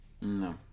No